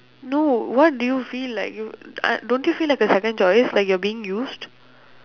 no what do you feel like you I don't you feel like a second choice like you are being used